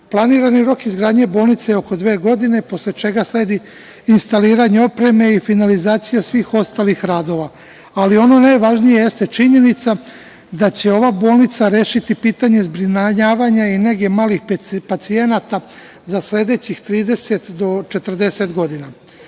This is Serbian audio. bolnice. Planirani rok izgradnje bolnice je oko dve godine posle čega sledi instaliranje opreme i finalizacija svih ostalih radova. Ali, najvažnije jeste činjenica da će ova bolnica rešiti pitanje zbrinjavanja i nege malih pacijenata za sledećih 30 do 40 godina. Da